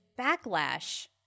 backlash